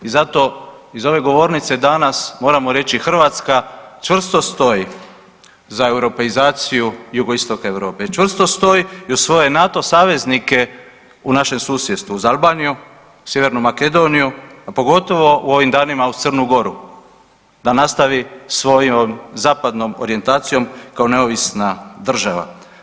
I zato iz ove govornice danas moramo reći, Hrvatska čvrsto stoji za europeizaciju Jugoistoka Europe i čvrsto stoji i uz svoje NATO saveznike u našem susjedstvu, uz Albaniju, Sjevernu Makedoniju, a pogotovo u ovim danima uz Crnu Goru da nastavi svojom zapadnom orijentacijom kao neovisna država.